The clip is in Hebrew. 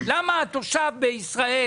למה תושב בישראל,